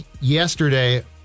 yesterday